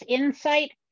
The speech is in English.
insight